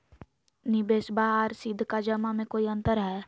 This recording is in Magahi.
निबेसबा आर सीधका जमा मे कोइ अंतर हय?